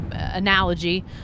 analogy